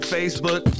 Facebook